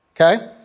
Okay